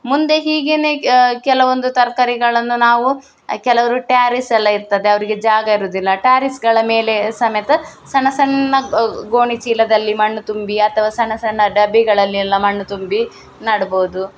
ಮುಂದೆ ಹೀಗೆನೇ ಕೆಲವೊಂದು ತರಕಾರಿಗಳನ್ನು ನಾವು ಕೆಲವರು ಟೇರಿಸ್ ಎಲ್ಲ ಇರ್ತದೆ ಅವರಿಗೆ ಜಾಗ ಇರುವುದಿಲ್ಲ ಟೇರಿಸ್ಗಳ ಮೇಲೆ ಸಮೇತ ಸಣ್ಣ ಸಣ್ಣ ಗೋಣಿಚೀಲದಲ್ಲಿ ಮಣ್ಣು ತುಂಬಿ ಅಥವಾ ಸಣ್ಣ ಸಣ್ಣ ಡಬ್ಬಿಗಳಲೆಲ್ಲ ಮಣ್ಣು ತುಂಬಿ ನೆಡ್ಬೋದು